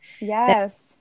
Yes